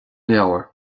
leabhar